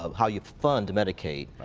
um how you fund medicaid,